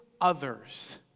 others